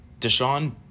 Deshaun